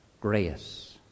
grace